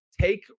take